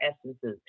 essences